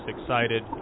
excited